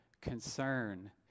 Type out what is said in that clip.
concern